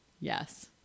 Yes